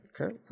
Okay